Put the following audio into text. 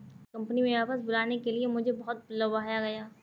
company में वापस बुलाने के लिए मुझे बहुत लुभाया गया